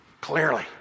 clearly